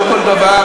לא כל דבר,